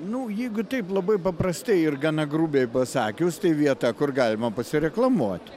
nu jeigu taip labai paprastai ir gana grubiai pasakius tai vieta kur galima pasireklamuot